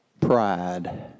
Pride